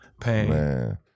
pain